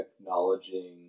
acknowledging